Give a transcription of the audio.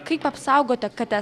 kaip apsaugote kates